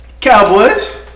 Cowboys